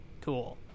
Cool